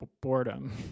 boredom